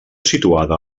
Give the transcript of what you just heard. situada